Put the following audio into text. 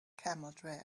camel